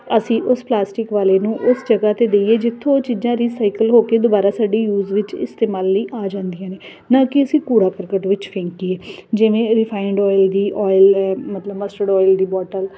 ਅਸੀਂ ਉਸ ਪਲਾਸਟਿਕ ਵਾਲੇ ਨੂੰ ਉਸ ਜਗ੍ਹਾ 'ਤੇ ਦਈਏ ਜਿੱਥੋਂ ਉਹ ਚੀਜ਼ਾਂ ਰੀਸਾਈਕਲ ਹੋ ਕੇ ਦੁਬਾਰਾ ਸਾਡੀ ਯੂਜ ਵਿੱਚ ਇਸਤੇਮਾਲ ਲਈ ਆ ਜਾਂਦੀਆਂ ਨੇ ਨਾ ਕਿ ਅਸੀਂ ਕੂੜਾ ਕਰਕਟ ਵਿੱਚ ਫੇਂਕੀਏ ਜਿਵੇਂ ਰਿਫਾਇਡ ਆਇਲ ਦੀ ਮਤਲਬ ਮਸਟਰਡ ਆਇਲ ਦੀ ਬੋਟਲ